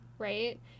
right